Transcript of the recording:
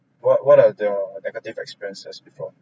what what are the negative experiences before